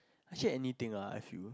actually anything lah I feel